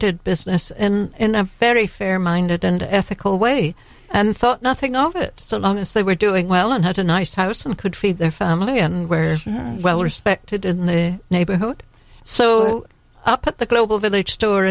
did business and in a very fair minded and ethical way and thought nothing of it so long as they were doing well and had a nice house and could feed their family and where well respected in the neighborhood so up at the global village store